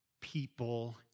people